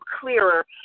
clearer